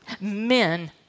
men